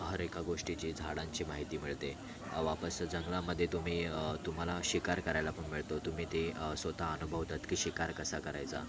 हर एका गोष्टीची झाडांची माहिती मिळते वापस जंगलामध्ये तुम्ही तुम्हाला शिकार करायला पण मिळतो तुम्ही ते स्वतः अनुभवतात की शिकार कसा करायचा